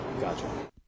Gotcha